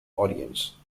audience